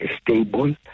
stable